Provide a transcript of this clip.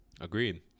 Agreed